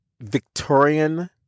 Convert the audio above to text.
Victorian